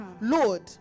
Lord